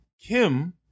Kim